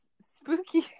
spooky